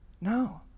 no